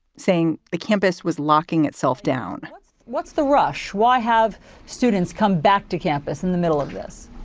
saying the campus was locking itself down what's the rush? why have students come back to campus in the middle of this?